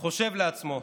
חושב לעצמו: